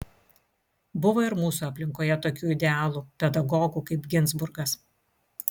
buvo ir mūsų aplinkoje tokių idealų pedagogų kaip ginzburgas